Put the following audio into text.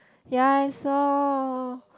ya I saw